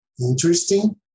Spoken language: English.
interesting